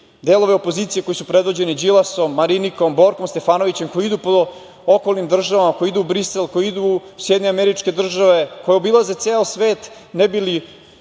delove opozicije koji su predvođeni Đilasom, Marinikom, Borkom Stefanovićem koji idu po okolnom državama, koji idu u Brisel, koji idu u SAD, koji obilaze ceo svet ne bi li